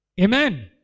Amen